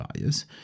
bias